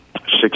six